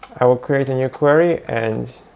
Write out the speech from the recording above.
i will create a new query. and